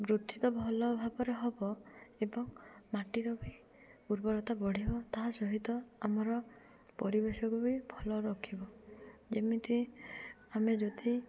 ବୃଦ୍ଧିତ ଭଲ ଭାବରେ ହେବ ଏବଂ ମାଟିର ବି ଉର୍ବରତା ବଢ଼ିବ ତା ସହିତ ଆମର ପରିବେଶକୁ ବି ଭଲ ରଖିବ ଯେମିତି ଆମେ ଯଦି